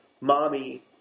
Mommy